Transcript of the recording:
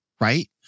right